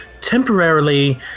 temporarily